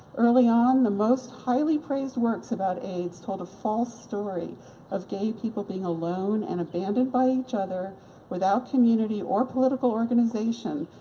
early on, the most highly praised works about aids told a false story of gay people being alone and abandoned by each other without community or political organization,